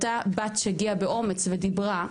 אותה בת שהגיעה באומץ ודיברה,